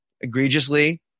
egregiously